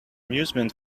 amusement